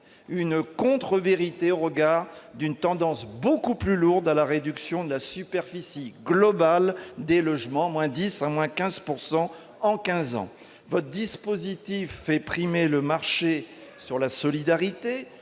une contre-vérité au regard d'une tendance beaucoup plus lourde à la réduction de la superficie globale des logements, de l'ordre de 10 % à 15 % en quinze ans. Votre dispositif fait primer le marché sur la solidarité,